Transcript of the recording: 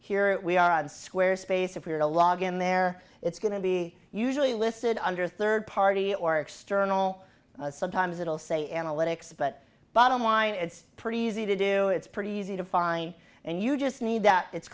here we are on square space if we are to log in there it's going to be usually listed under third party or external sometimes it'll say analytics but bottom line it's pretty easy to do it's pretty easy to find and you just need that it's